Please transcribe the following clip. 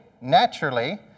naturally